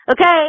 Okay